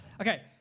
Okay